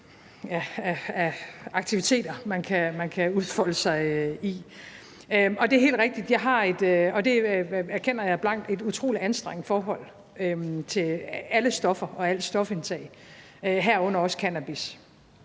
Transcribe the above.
erkender jeg blankt, at jeg har et utrolig anstrengt forhold til alle stoffer og al stofindtagelse, herunder også cannabis